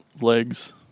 legs